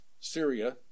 Syria